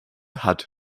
hat